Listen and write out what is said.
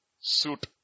suit